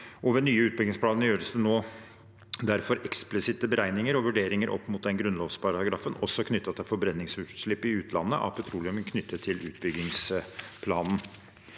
Ved nye utbyggingsplaner gjøres det nå derfor eksplisitte beregninger og vurderinger opp mot den grunnlovsparagrafen, også knyttet til forbrenningsutslipp i utlandet av petroleum knyttet til utbyggingsplanen.